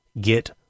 get